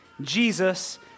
Jesus